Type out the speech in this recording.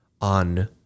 on